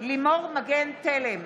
לימור מגן תלם,